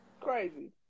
Crazy